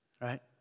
Right